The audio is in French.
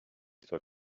soit